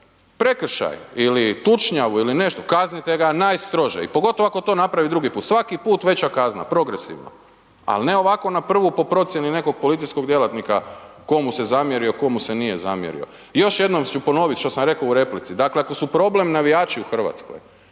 prekršaj ili tučnjavu ili nešto, kaznite ga najstrože i pogotovo ako to napravi drugi put. Svaki put veća kazna progresivno ali ne ovako na prvu po procjeni nekog policijskog djelatnika ko mu se zamjerio, ko mu se nije zamjerio. Još jednom ću ponovit što sam rekao u replici. Dakle ako su problem navijači u Hrvatskoj,